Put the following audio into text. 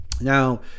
Now